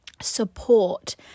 support